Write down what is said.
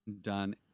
done